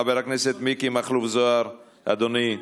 חבר הכנסת מיקי מכלוף זוהר, אדוני.